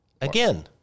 Again